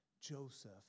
Joseph